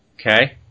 okay